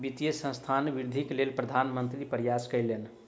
वित्तीय संस्थानक वृद्धिक लेल प्रधान मंत्री प्रयास कयलैन